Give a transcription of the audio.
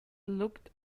looked